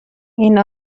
این